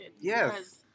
Yes